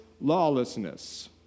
lawlessness